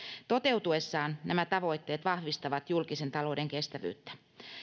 toteutuessaan nämä tavoitteet vahvistavat julkisen talouden kestävyyttä